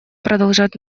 продолжать